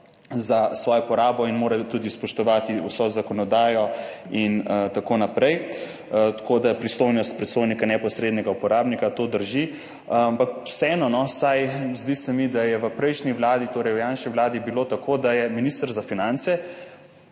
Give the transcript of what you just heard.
za svojo porabo in mora tudi spoštovati vso zakonodajo in tako naprej. Tako da pristojnost predstojnika neposrednega uporabnika, to drži. Ampak vseeno, vsaj zdi se mi, da je v prejšnji vladi, torej v Janševi vladi bilo tako, da je minister za finance